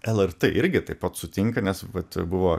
lrt irgi taip pat sutinka nes vat buvo